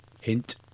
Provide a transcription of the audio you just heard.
Hint